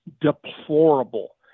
deplorable